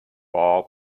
all